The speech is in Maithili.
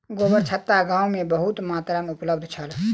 गोबरछत्ता गाम में बहुत मात्रा में उपलब्ध छल